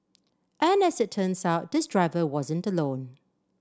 and as it turns out this driver wasn't alone